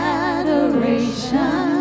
adoration